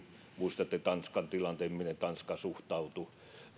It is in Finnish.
muistatte tanskan tilanteen miten tanska suhtautui miten